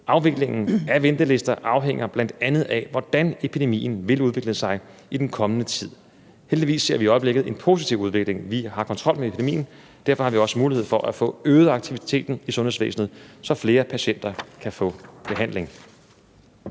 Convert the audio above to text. Afviklingen af ventelister afhænger bl.a. af, hvordan epidemien vil udvikle sig i den kommende tid. Heldigvis ser vi i øjeblikket en positiv udvikling. Vi har kontrol med epidemien, og derfor har vi også mulighed for at få øget aktiviteten i sundhedsvæsenet, så flere patienter kan få behandling.